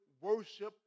worship